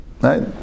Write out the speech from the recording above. right